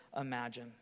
imagine